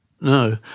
No